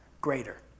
greater